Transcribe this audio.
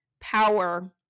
power